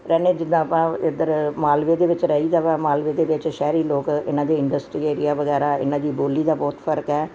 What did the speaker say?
ਰਹਿੰਨੇ ਜਿੱਦਾਂ ਆਪਾਂ ਇਧਰ ਮਾਲਵੇ ਦੇ ਵਿੱਚ ਰਹੀਦਾ ਵਾ ਮਾਲਵੇ ਦੇ ਵਿੱਚ ਸ਼ਹਿਰੀ ਲੋਕ ਇਹਨਾਂ ਦੀ ਇੰਡਸਟਰੀ ਏਰੀਆ ਵਗੈਰਾ ਇਹਨਾਂ ਦੀ ਬੋਲੀ ਦਾ ਬਹੁਤ ਫਰਕ ਹੈ